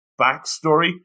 backstory